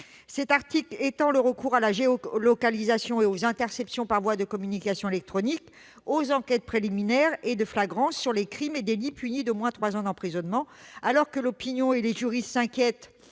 Cet article étend le recours à la géolocalisation et aux interceptions par voie de communications électroniques aux enquêtes préliminaires et de flagrance pour les crimes et délits punis d'au moins trois ans d'emprisonnement. Alors que l'opinion et les juristes s'inquiètent